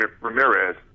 Ramirez